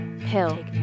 Pill